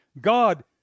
God